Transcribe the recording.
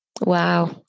Wow